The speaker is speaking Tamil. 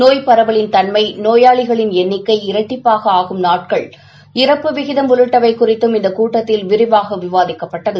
நோய்பரவலின் தன்மை நோயாளிகளின் எண்ணிக்கை இரட்டிப்பாக ஆகும் நாட்கள் இறப்பு விகிதம் உள்ளிட்டவை குறித்தும் இந்த கூட்டத்தில் விரிவாக விவாதிக்கப்பட்டது